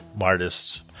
artists